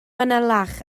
fanylach